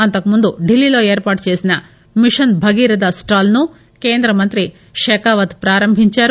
అంతకుముందు డిల్లీలో ఏర్పాటుచేసిన మిషన్ భగీరథ స్టాల్ ను కేంద్రమంత్రి పెకావత్ ప్రారంభించారు